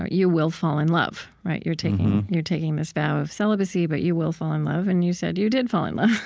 ah you will fall in love, right? you're taking you're taking this vow of celibacy, but you will fall in love. and you said you did fall in love.